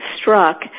struck